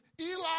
Eli